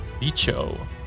Bicho